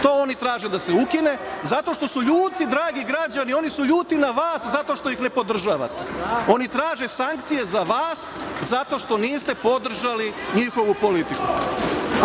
To oni traže da se ukine, zato što su ljuti, dragi građani, oni su ljuti na vas zato što ih ne podržavate. Oni traže sankcije za vas zato što niste podržali njihovu politiku.